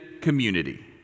community